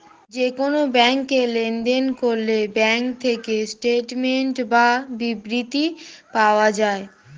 যে কোন ব্যাংকে লেনদেন করলে ব্যাঙ্ক থেকে স্টেটমেন্টস বা বিবৃতি পাওয়া যায়